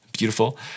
beautiful